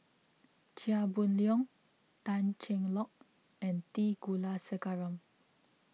Chia Boon Leong Tan Cheng Lock and T Kulasekaram